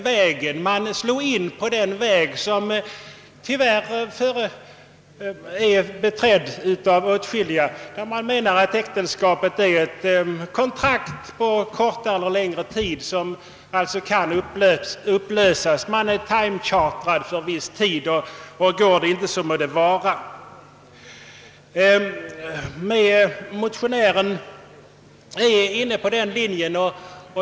Vi skulle därmed fortsätta på den väg söm tyvärr redan beträtts av åtskilliga vilka menar att äktenskapet är ett kontrakt på kortare eller längre tid som lätt nog kan upplösas. Man är »timechartrad» för viss tid, och går det inte får det vara. Motionären är inne på den linjen.